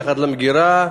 מתוך המגירה,